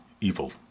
evil